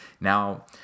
Now